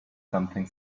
something